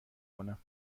کنم